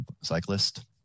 cyclist